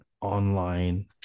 online